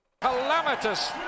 Calamitous